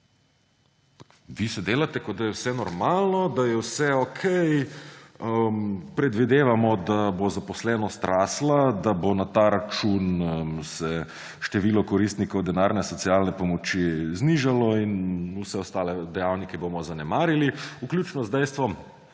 Vi se delate, kot da je vse normalno, da je vse okej. Predvidevamo, da bo zaposlenost rastla, da se bo na ta račun število koristnikov denarne socialne pomoči znižalo in vse ostale dejavnike bomo zanemarili, vključno z dejstvom,